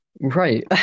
Right